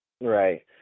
Right